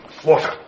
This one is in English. Water